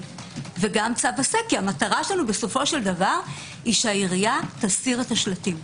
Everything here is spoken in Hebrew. וגם צו עשה כי המטרה שלנו בסופו של דבר היא שהעירייה תסיר את השלטים.